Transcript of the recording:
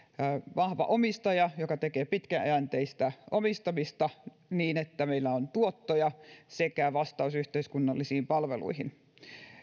vahva omistaja joka tekee pitkäjänteistä omistamista niin että meillä on tuottoja sekä vastaus yhteiskunnallisiin palveluihin